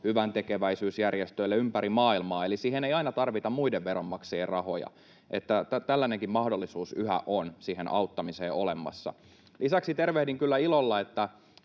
hyväntekeväisyysjärjestöille ympäri maailmaa, eli siihen ei aina tarvita muiden veronmaksajien rahoja. Tällainenkin mahdollisuus yhä on siihen auttamiseen olemassa. Lisäksi tervehdin kyllä ilolla,